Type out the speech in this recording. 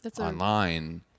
online